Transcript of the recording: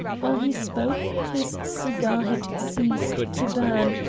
while he spoke his cigar had ceased to burn,